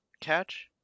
catch